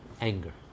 Anger